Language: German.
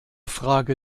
frage